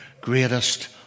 greatest